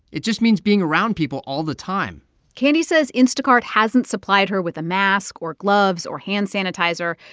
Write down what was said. it just means being around people all the time candy says instacart hasn't supplied her with a mask or gloves or hand sanitizer,